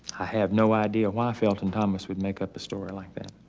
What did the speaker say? i have no idea why felton thomas would make up a story like that.